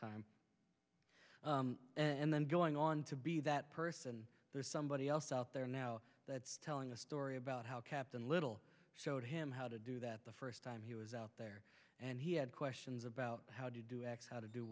time and then going on to be that person there's somebody else out there now telling a story about how captain little showed him how to do that the first time he was out there and he had questions about how do you do x how to